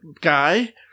guy